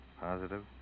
Positive